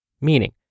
Meaning